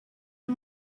the